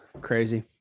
Crazy